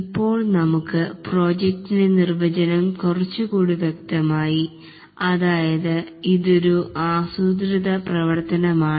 ഇപ്പോൾ നമുക് പ്രോജക്ടിൻറെ നിർവചനം കുറച്ചുകൂടി വ്യക്തമായി അതായതു ഇതൊരു അസ്രൂതിത പ്രവർത്തനം ആണു